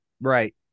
right